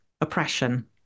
oppression